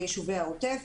ביישובי העוטף,